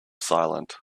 silent